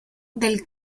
del